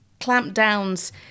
clampdowns